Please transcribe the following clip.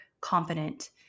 confident